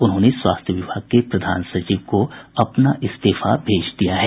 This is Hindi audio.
उन्होंने स्वास्थ्य विभाग के प्रधान सचिव को अपना इस्तीफा भेज दिया है